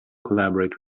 collaborate